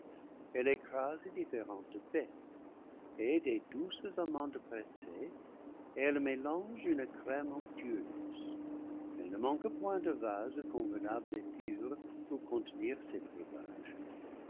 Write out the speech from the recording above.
elle écrase différentes baies et des douces amandes pressées elle mélange une crême onctueuse elle ne manque point de vases convenables et purs pour contenir ces breuvages